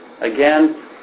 Again